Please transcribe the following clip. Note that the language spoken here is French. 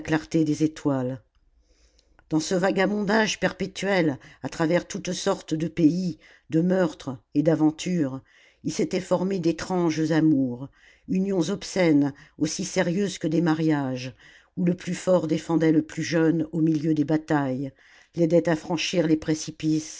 des étoiles dans ce vagabondage perpétuel à travers toutes sortes de pays de meurtres et d'aventures il s'était formé d'étranges amours unions obscènes aussi sérieuses que des mariages oii le plus fort défendait le plus jeune au milieu des batailles l'aidait à franchir les précipices